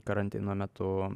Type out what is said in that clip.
karantino metu